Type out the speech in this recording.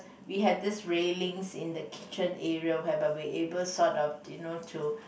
we had this reeling in the kitchen area whereby we are able sort of do you know to